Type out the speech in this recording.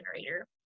generator